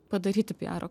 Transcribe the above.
padaryti pijaro